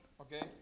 Okay